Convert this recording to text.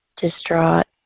distraught